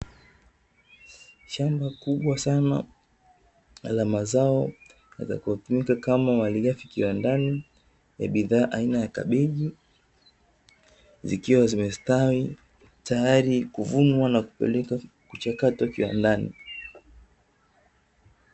Shamba kubwa sana la mazao yanayotumika kama malighafi kiwandani ya bidhaa aina ya kabichi, zikiwa zimestawi tayari kuvunwa na kupelekwa kuchakatwa kiwandani.